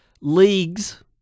leagues